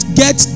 get